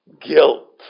guilt